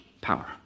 power